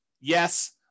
Yes